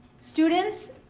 students,